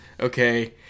okay